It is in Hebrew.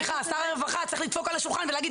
שר הרווחה צריך לדפוק על השולחן ולהגיד